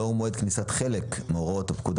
לאור מועד כניסת חלק מהוראות הפקודה